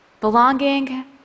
Belonging